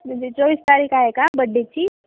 म्हणजे चोवीस तारीख आहे का बड्डेची